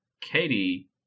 katie